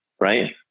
Right